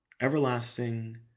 everlasting